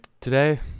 today